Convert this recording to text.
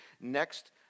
next